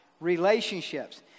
relationships